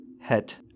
het